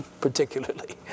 particularly